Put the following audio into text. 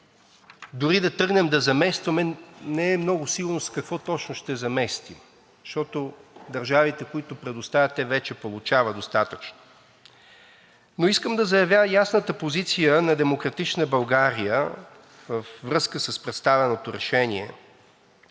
дори да тръгнем да заместваме, не е много сигурно с какво точно ще заместим, защото държавите, които предоставят, вече получават достатъчно. Искам да заявя ясната позиция на „Демократична България“ във връзка с представеното решение,